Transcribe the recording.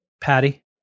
Patty